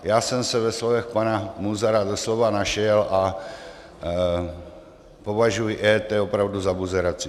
Já jsem se ve slovech pana Munzara doslova našel a považuji EET opravdu za buzeraci.